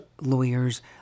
lawyers